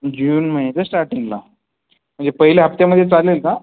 June महेच्या स्टार्टिंगला म्हणजे पहिल्या हप्त्यामध्ये चालेल का